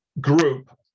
group